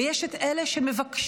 ויש את אלה שמבקשות